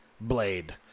blade